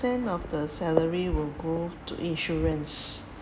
percent of the salary will go to insurance